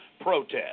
protest